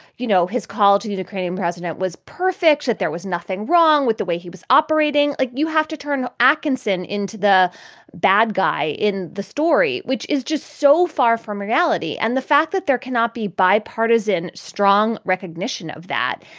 you know, his call to ukrainian president was perfect, that there was nothing wrong with the way he was operating. like you have to turn atkinson into the bad guy in the story, which is just so far from reality. and the fact that there cannot be bipartisan strong recognition of that.